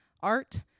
art